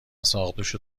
ساقدوش